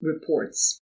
reports